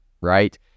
right